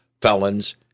felons